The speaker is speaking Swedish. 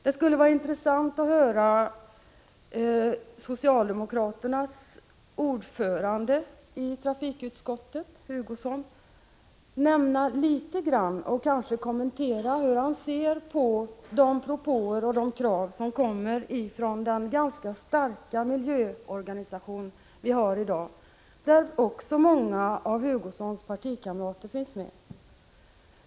Det skulle vara intressant att höra den socialdemokratiske ordföranden i trafikutskottet, Kurt Hugosson, nämna något om hur han ser på de propåer och de krav som kommer från den ganska starka miljöopinion vi har i Sverige i dag, där även många av Kurt Hugossons partikamrater finns med.